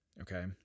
okay